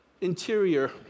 interior